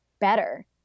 better